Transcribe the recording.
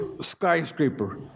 skyscraper